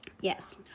Yes